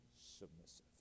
submissive